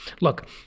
Look